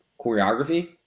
choreography